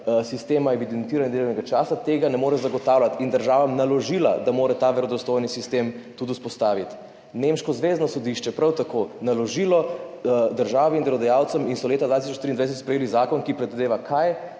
sistema evidentiranja delovnega časa, tega ne more zagotavljati, in državam naložilo, da morajo ta verodostojni sistem tudi vzpostaviti. Nemško zvezno sodišče je prav tako naložilo državi in delodajalcem in so leta 2023 sprejeli zakon, ki predvideva